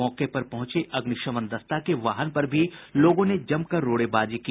मौके पर पहुंचे अग्निशमन दस्ता के वाहन पर भी लोगों ने जमकर रोड़ेबाजी की